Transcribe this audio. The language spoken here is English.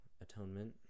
atonement